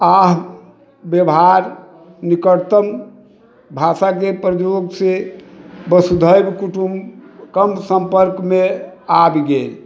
आ व्यवहार निकटतम भाषाके प्रयोगसँ वसुधैव कुटुम्बकम सम्पर्कमे आबि गेल